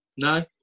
No